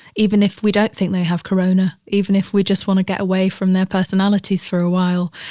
even if we don't think they have corona. even if we just want to get away from their personalities for a while.